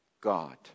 God